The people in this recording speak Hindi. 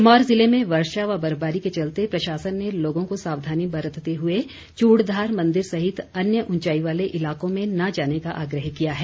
सिरमौर ज़िले में वर्षा व बर्फबारी के चलते प्रशासन ने लोगों को सावधानी बरतते हुए चूड़धार मंदिर सहित अन्य ऊंचाई वालें इलाकों में न जाने का आग्रह किया है